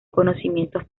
conocimientos